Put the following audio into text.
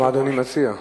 מה אדוני מציע?